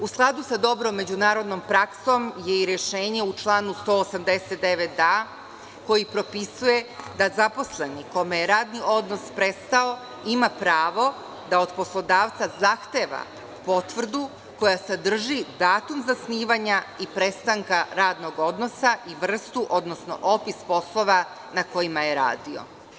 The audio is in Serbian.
U skladu sa dobrom međunarodnom praksom je i rešenje u članu 189a, koji propisuje da zaposlenih kome je radni odnos prestao ima pravo da od poslodavca zahteva potvrdu koja sadrži datum zasnivanja i prestanka radnog odnosa i vrstu, odnosno opis poslova na kojima je radio.